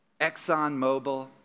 ExxonMobil